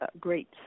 great